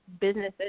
businesses